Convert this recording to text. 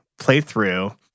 playthrough